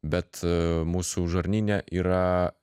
bet mūsų žarnyne yra